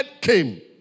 came